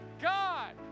God